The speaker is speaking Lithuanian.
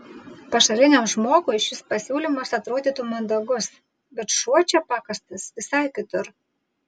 pašaliniam žmogui šis pasiūlymas atrodytų mandagus bet šuo čia pakastas visai kitur